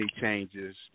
changes